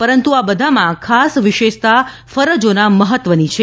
પરંતુ આ બધામાં ખાસ વિશેષતા ફરજોનાં મહત્વની છે